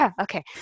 Okay